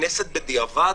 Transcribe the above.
לכנסת בדיעבד,